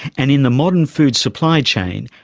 and in the modern food supply chain,